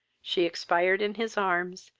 she expired in his arms,